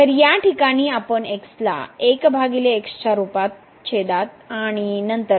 तर या ठिकाणी आपण या xला 1 x च्या रूपात छेदात आणू आणि नंतर